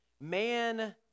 Man